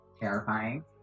terrifying